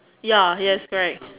ya yes correct